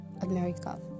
America